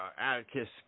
Atticus